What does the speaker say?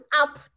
up